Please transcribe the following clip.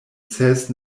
ses